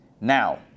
Now